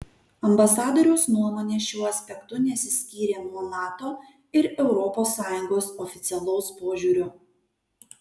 ambasadoriaus nuomonė šiuo aspektu nesiskyrė nuo nato ir europos sąjungos oficialaus požiūrio